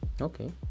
Okay